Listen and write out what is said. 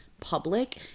public